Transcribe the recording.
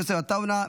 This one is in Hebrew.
יוסף עטאונה,